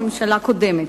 אלא הממשלה הקודמת.